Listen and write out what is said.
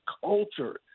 culture